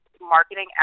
marketing